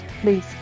please